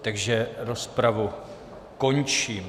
Takže rozpravu končím.